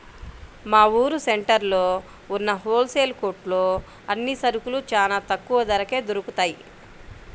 మా ఊరు సెంటర్లో ఉన్న హోల్ సేల్ కొట్లో అన్ని సరుకులూ చానా తక్కువ ధరకే దొరుకుతయ్